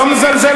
אתה מזלזל